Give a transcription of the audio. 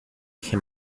eje